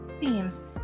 themes